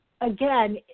again